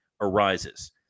arises